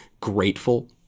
grateful